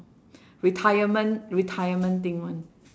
retirement retirement thing [one]